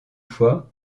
fois